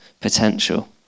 potential